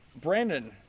Brandon